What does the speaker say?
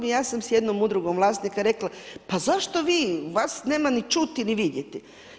I ja sam s jednom udrugom vlasnika rekla pa zašto vi, vas nema ni čuti, ni vidjeti.